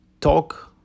talk